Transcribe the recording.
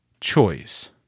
choice